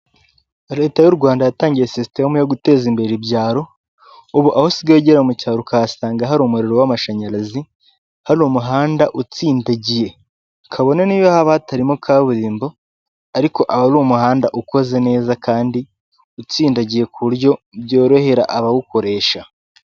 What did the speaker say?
Leta y'u Rwanda yatangiye sisitemu yo guteza imbere ibyaro, ubu aho usigaye ugera mu cyaro ukahasanga hari umuriro w'amashanyarazi, hari umuhanda utsindagiye. Kabone n'iyo haba hatarimo kaburimbo, ariko aba ari umuhanda ukoze neza kandi utsindagiye ku buryo byorohera abawukoresha.